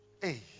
hey